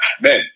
Man